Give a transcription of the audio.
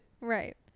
Right